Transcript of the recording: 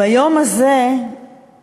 ביום הזה הכנסת,